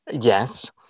Yes